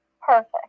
Perfect